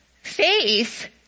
Faith